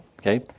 okay